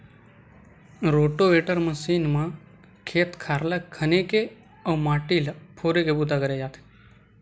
rotavator machine म खेत खार ल खने के अउ माटी ल फोरे के बूता करे जाथे